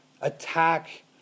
attack